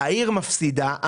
העיר מפסידה מזה,